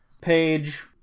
page